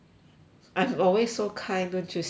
I'm always so kind don't you see that